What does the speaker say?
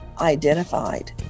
identified